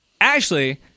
Ashley